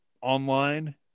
online